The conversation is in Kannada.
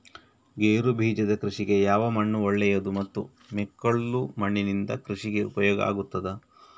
ಗೇರುಬೀಜದ ಕೃಷಿಗೆ ಯಾವ ಮಣ್ಣು ಒಳ್ಳೆಯದು ಮತ್ತು ಮೆಕ್ಕಲು ಮಣ್ಣಿನಿಂದ ಕೃಷಿಗೆ ಉಪಯೋಗ ಆಗುತ್ತದಾ?